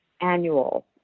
annual